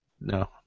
No